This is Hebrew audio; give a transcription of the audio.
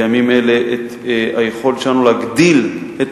בימים אלא את היכולת שלנו להגדיל את